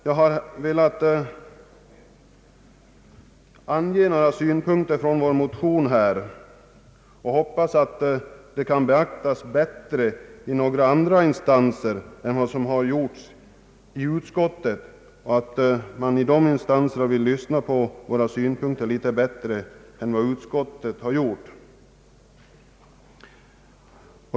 Jag har velat ange några synpunkter från vår motion. Jag hoppas att de skall beaktas bättre av några andra instanser än i utskottet och att man hos dessa instanser vill lyssna på våra synpunkter litet bättre än vad utskottet har gjort.